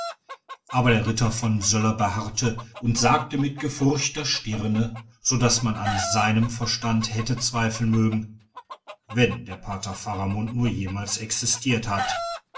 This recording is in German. aber der ritter von söller beharrte und sagte mit gefurchter stirne so daß man an seinem verstand hätte zweifeln mögen wenn der pater faramund nur jemals existiert hat